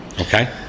Okay